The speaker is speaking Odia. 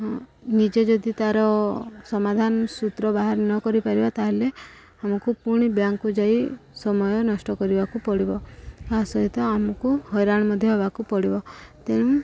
ହଁ ନିଜେ ଯଦି ତାର ସମାଧାନ ସୂତ୍ର ବାହାର ନ କରିପାରିବା ତାହେଲେ ଆମକୁ ପୁଣି ବ୍ୟାଙ୍କକୁ ଯାଇ ସମୟ ନଷ୍ଟ କରିବାକୁ ପଡ଼ିବ ତା' ସହିତ ଆମକୁ ହଇରାଣ ମଧ୍ୟ ହେବାକୁ ପଡ଼ିବ ତେଣୁ